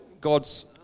God's